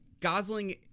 Gosling